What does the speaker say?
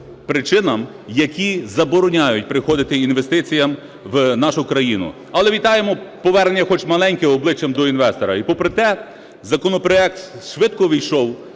причинам, які забороняють приходити інвестиціям в нашу країну. Але вітаємо повернення хоч маленьке обличчям до інвестора. І попри те законопроект швидко ввійшов